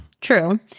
True